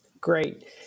Great